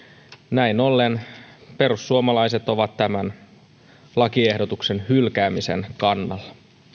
näin ollen perussuomalaiset ovat tämän lakiehdotuksen hylkäämisen kannalla